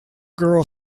girl